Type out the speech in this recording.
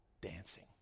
dancing